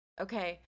Okay